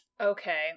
Okay